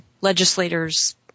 legislators